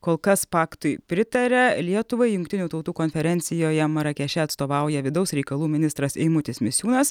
kol kas paktui pritaria lietuvai jungtinių tautų konferencijoje marakeše atstovauja vidaus reikalų ministras eimutis misiūnas